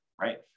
right